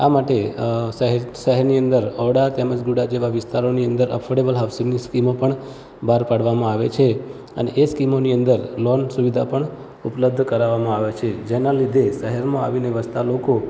આ માટે અ શહેર શહેરની અંદર ઔડા તેમજ ગુડા જેવા વિસ્તારોની અંદર અફોર્ડેબલ હાઉસિંગની સ્કીમો પણ બહાર પાડવામાં આવે છે અને એ સ્કીમોની અંદર લોન સુવિધા પણ ઉપલબ્ધ કરાવવામાં આવે છે જેનાં લીધે શહેરમાં આવીને વસતા લોકો